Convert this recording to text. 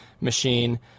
machine